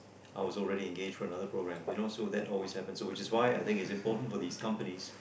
I was already engaged for another program you know so that always happens so which is why I think it's so important for these companies